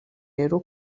lero